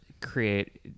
create